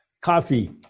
coffee